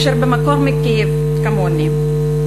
אשר במקור היא מקייב, כמוני: